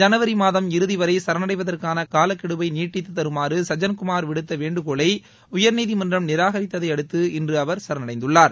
ஜனவரி மாதம் இறுதி வரை சரணடைவதற்கான காலக்கெடுவை நீட்டித்து தருமாறு சஜ்ஜன்குமார் விடுத்த வேண்டுகோளை உயர்நீதிமன்றம் நிராகரித்ததையடுத்து இன்று அவர் சரணடைந்துள்ளார்